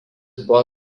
buvo